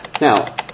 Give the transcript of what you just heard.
Now